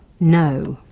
no.